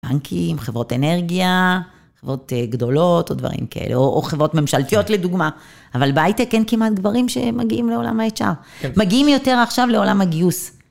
בנקים, חברות אנרגיה, חברות גדולות, או דברים כאלה, או חברות ממשלתיות, לדוגמה. אבל בהייטק אין כמעט גברים שמגיעים לעולם הHR. מגיעים יותר עכשיו לעולם הגיוס.